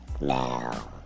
Now